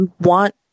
want